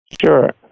Sure